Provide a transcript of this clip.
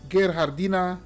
Gerhardina